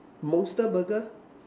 monster Burger